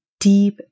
deep